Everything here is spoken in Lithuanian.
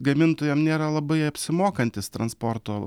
gamintojam nėra labai apsimokantis transporto